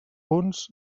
punts